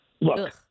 look